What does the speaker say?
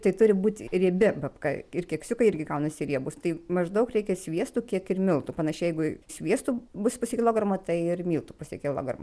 tai turi būt riebi babka ir keksiukai irgi gaunasi riebūs tai maždaug reikia sviesto kiek ir miltų panašiai jeigu sviesto bus pusė kilogramo tai ir miltų pusė kilogramo